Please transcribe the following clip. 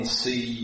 see